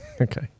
Okay